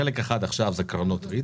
חלק אחד זה קרנות ריט,